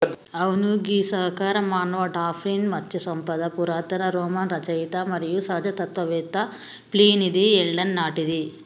అవును గీ సహకార మానవ డాల్ఫిన్ మత్స్య సంపద పురాతన రోమన్ రచయిత మరియు సహజ తత్వవేత్త ప్లీనీది ఎల్డర్ నాటిది